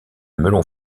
melon